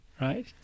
right